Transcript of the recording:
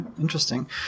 interesting